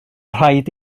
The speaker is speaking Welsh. rhaid